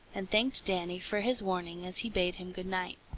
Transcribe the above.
and thanked danny for his warning as he bade him good-night.